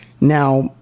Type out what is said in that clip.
Now